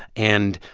and,